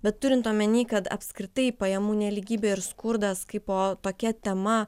bet turint omenyje kad apskritai pajamų nelygybė ir skurdas kaipo tokia tema